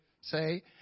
say